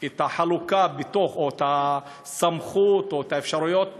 את החלוקה או את הסמכות או את אפשרויות